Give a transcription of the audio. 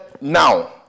now